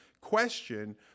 question